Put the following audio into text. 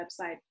website